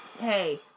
hey